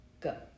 Go